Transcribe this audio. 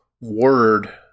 word